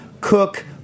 cook